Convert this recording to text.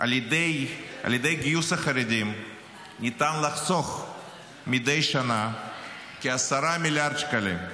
על ידי גיוס החרדים ניתן לחסוך מדי שנה כ-10 מיליארד שקלים.